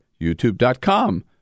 youtube.com